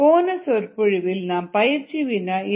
போன சொற்பொழிவில் நாம் பயிற்சி வினா2